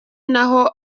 naho